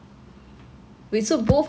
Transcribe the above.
ya this is like I don't even